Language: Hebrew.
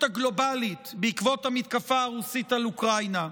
הגלובלית בעקבות המתקפה הרוסית על אוקראינה.